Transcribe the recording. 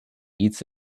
eats